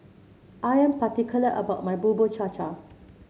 I am particular about my Bubur Cha Cha